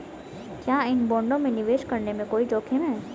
क्या इन बॉन्डों में निवेश करने में कोई जोखिम है?